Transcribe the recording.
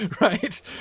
right